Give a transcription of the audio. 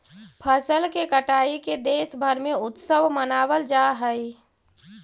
फसल के कटाई के देशभर में उत्सव मनावल जा हइ